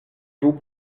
vous